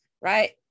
right